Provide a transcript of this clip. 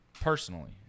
personally